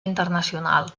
internacional